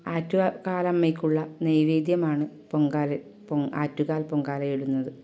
ആറ്റുകാലമ്മക്കുള്ള നൈവേദ്യമാണ് പൊങ്കാല പൊ ആറ്റുകാൽ പൊങ്കാലയിടുന്നത്